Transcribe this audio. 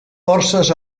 forces